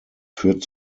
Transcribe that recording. führt